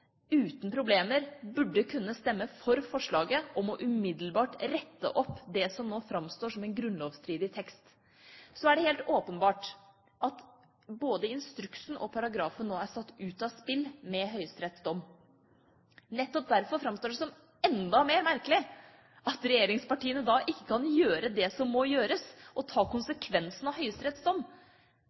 uten problemer burde kunne stemme for forslaget om umiddelbart å rette opp det som nå framstår som en grunnlovsstridig tekst. Så er det helt åpenbart at både instruksen og paragrafen er satt ut av spill med Høyesteretts dom. Nettopp derfor framstår det som enda mer merkelig at regjeringspartiene ikke kan gjøre det som må gjøres: ta konsekvensen av